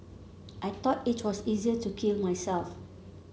I thought it was easier to kill myself